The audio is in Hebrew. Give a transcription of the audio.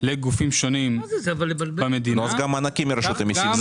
לגופים שונים במדינה -- אז גם מענקים מרשות המסים.